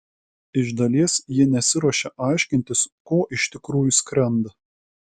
iš dalies ji nesiruošia aiškintis ko iš tikrųjų skrenda